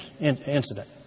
incident